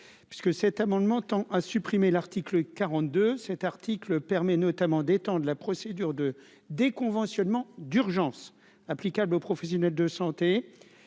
que cet amendement tend à supprimer l'article 42 cet article permet notamment d'de la procédure de déconventionnement d'urgence applicables aux professionnels de santé,